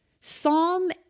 Psalm